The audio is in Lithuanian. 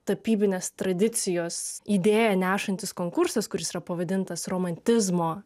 tapybinės tradicijos idėją nešantis konkursas kuris yra pavadintas romantizmo